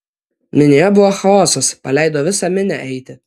minioje buvo chaosas paleido visą minią eiti